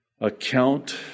account